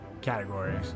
categories